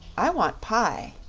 i want pie,